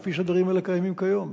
כפי שהדברים האלה קיימים כיום.